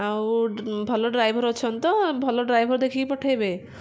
ଆଉ ଭଲ ଡ୍ରାଇଭର ଅଛନ୍ତି ତ ଭଲ ଡ୍ରାଇଭର ଦେଖିକି ପଠାଇବେ